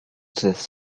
belongs